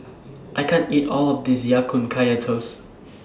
I can't eat All of This Ya Kun Kaya Toast